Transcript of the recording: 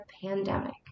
pandemic